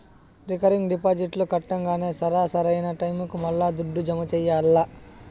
recurring డిపాజిట్లు కట్టంగానే సరా, సరైన టైముకి మల్లా దుడ్డు జమ చెయ్యాల్ల